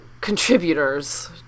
contributors